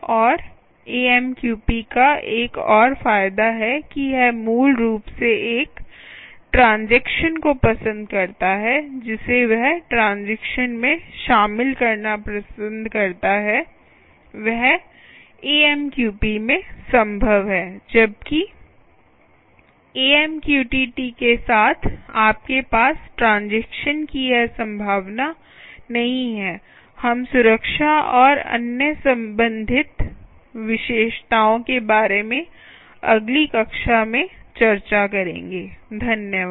और एएमक्यूपी का एक और फायदा है कि यह मूल रूप से एक ट्रांज़ैक्शन को पसंद करता है जिसे वह ट्रांज़ैक्शन में शामिल करना पसंद करता है वह एएमक्यूपी में संभव है जबकि एमक्यूटीटी के साथ आपके पास ट्रांज़ैक्शन की यह संभावना नहीं है हम सुरक्षा और अन्य संबंधित विशेषताओं के बारे में अगली कक्षा में चर्चा करेंगे धन्यवाद